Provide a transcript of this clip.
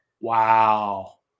wow